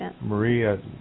Maria